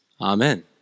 Amen